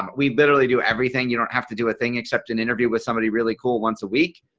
we literally, do everything you don't have to do a thing except an interview with somebody really cool once a week.